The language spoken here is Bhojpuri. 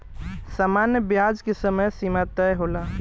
सामान्य ब्याज के समय सीमा तय होला